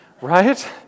right